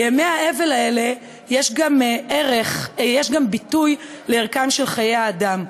בימי האבל האלה יש גם ביטוי לערכם של חיי האדם.